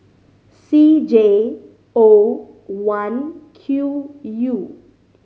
C J O one Q U